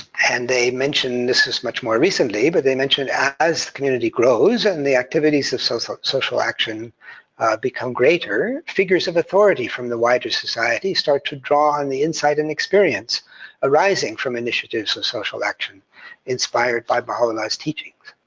and they mentioned, this is much more recently, but they mentioned as the community grows, and the activities of social social action become greater, figures of authority from the wider society start to draw on and the insight and experience arising from initiatives of social action inspired by baha'u'llah's teachings.